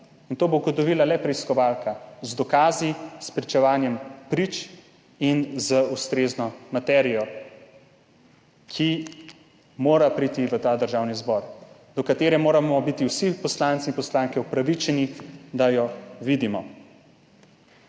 in to bo ugotovila le preiskovalka z dokazi, s pričevanjem prič in z ustrezno materijo, ki mora priti v Državni zbor, do katere moramo biti vsi poslanci in poslanke upravičeni, da jo vidimo.